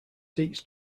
seats